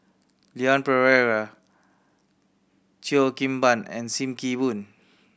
Leon Perera Cheo Kim Ban and Sim Kee Boon